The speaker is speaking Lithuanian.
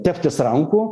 teptis rankų